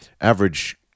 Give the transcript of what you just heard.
average